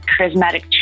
charismatic